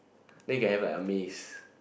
then you have like a maze